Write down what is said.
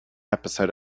episode